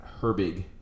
Herbig